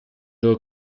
door